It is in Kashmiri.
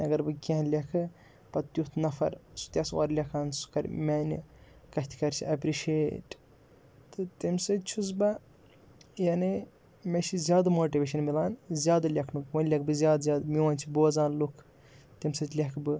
اگر بہٕ کینٛہہ لیکھٕ پَتہٕ تیُتھ نفر سُہ تہِ آسہِ اورٕ لیکھان سُہ کَرِ میٛانہِ کَتھِ کَرِ سُہ اٮ۪پرِشیٹ تہٕ تیٚمہِ سۭتۍ چھُس بہٕ یعنی مےٚ چھِ زیادٕ ماٹِویشَن مِلان زیادٕ لیکھنُک وۄنۍ لیکھٕ بہٕ زیادٕ زیادٕ میون چھِ بوزان لُکھ تَمہِ سۭتۍ لیکھٕ بہٕ